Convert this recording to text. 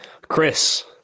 Chris